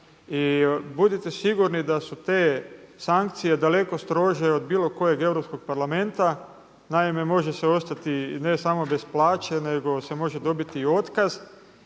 budite sigurni da su te sankcije daleko strože od bilo kojeg europskog parlamenta. Naime, može se ostati ne samo bez plaće nego se može dobiti i otkaz,